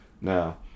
Now